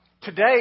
today